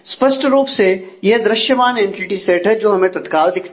स्पष्ट रूप से यह दृश्य मान एंटिटी सेट है जो हमें तत्काल दिखते हैं